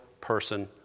person